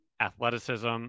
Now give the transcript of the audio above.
athleticism